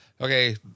okay